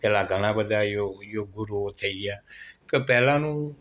પહેલાં ઘણા બધા યોગ ગુરુઓ થઈ ગયા કે પહેલાંનું